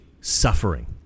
suffering